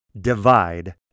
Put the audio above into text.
divide